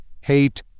hate